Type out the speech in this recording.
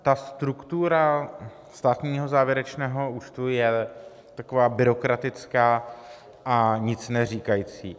Ta struktura státního závěrečného účtu je taková byrokratická a nic neříkající.